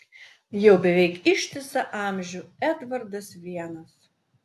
jau beveik ištisą amžių edvardas vienas